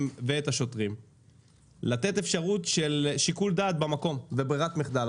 ואת השוטרים לתת אפשרות לשיקול דעת במקום כברירת מחדל.